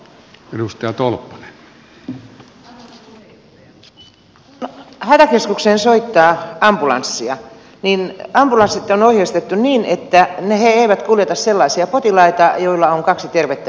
kun hätäkeskukseen soittaa ambulanssia niin ambulanssit on ohjeistettu niin että ne eivät kuljeta sellaisia potilaita joilla on kaksi tervettä jalkaa